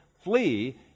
flee